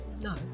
No